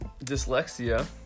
dyslexia